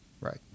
Right